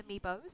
amiibos